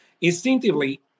instinctively